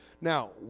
Now